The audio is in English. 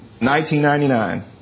1999